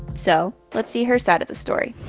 so let's see her side of the story.